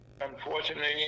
unfortunately